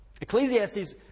Ecclesiastes